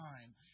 time